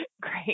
Great